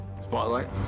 Spotlight